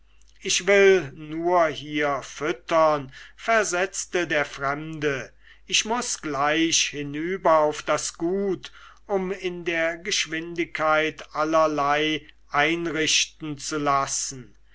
ich will nur hier füttern versetzte der fremde ich muß gleich hinüber auf das gut um in der geschwindigkeit allerlei einrichten zu lassen